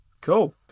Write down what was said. Cool